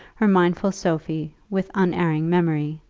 her mindful sophie, with unerring memory,